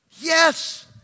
Yes